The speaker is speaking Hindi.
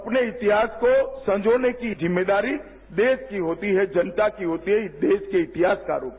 अपने इतिहास को संजोने की जिम्मेदारी देश की होती है जनता की होती है इस देश के इतिहासकारों की